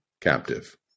captive